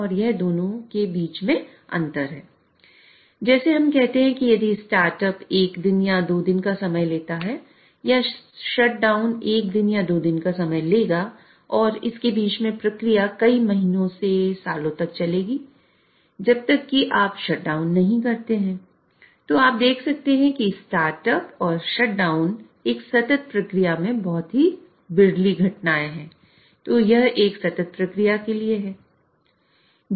तो यह एक सततप्रक्रिया के लिए है